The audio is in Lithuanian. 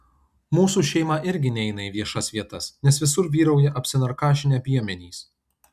mūsų šeima irgi neina į viešas vietas nes visur vyrauja apsinarkašinę piemenys